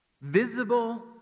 visible